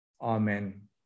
Amen